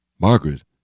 Margaret